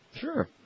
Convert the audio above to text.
Sure